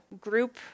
group